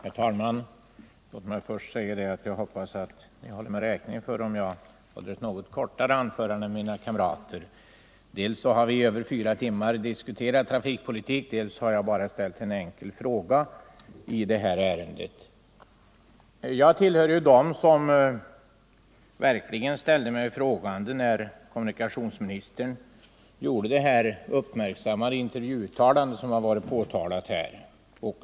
4 järnvägstrafik, Herr talman! Låt mig först säga att jag hoppas att kammarens ledamöter — m.m. håller mig räkning för att jag kommer att hålla ett något kortare anförande än mina kamrater. Dels har vi i över fyra timmar diskuterat trafikpolitik, dels har jag bara ställt en enkel fråga i detta ärende. Jag tillhör dem som verkligen ställde mig frågande när kommunikationsministern gjorde det uppmärksammade intervjuuttalande som apostroferats här.